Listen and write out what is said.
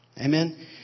Amen